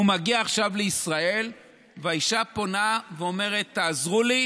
הוא מגיע עכשיו לישראל והאישה פונה ואומרת: תעזרו לי,